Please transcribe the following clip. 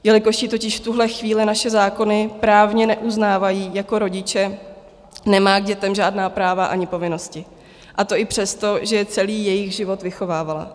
Jelikož ji totiž v tuhle chvíli naše zákony právně neuznávají jako rodiče, nemá k dětem žádná práva ani povinnosti, a to i přesto, že je celý jejich život vychovávala.